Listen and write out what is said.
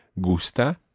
gusta